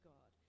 God